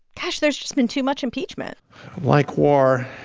gosh, there's just been too much impeachment like war,